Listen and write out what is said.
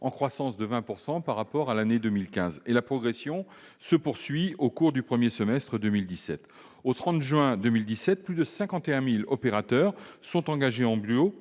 en croissance de 20 % par rapport à 2015, et la progression se poursuit au cours du premier semestre de 2017. Au 30 juin 2017, plus de 51 000 opérateurs étaient engagés dans